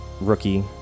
rookie